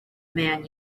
man